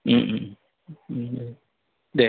दे